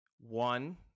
One